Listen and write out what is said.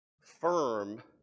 firm